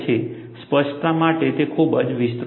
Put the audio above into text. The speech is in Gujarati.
સ્પષ્ટતા માટે તે ખૂબ જ વિસ્તૃત છે